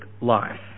life